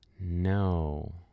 No